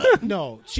No